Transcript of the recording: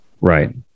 right